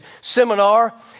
seminar